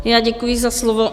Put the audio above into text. Já děkuji za slovo.